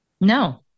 No